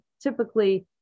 typically